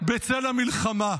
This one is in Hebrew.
בצל המלחמה.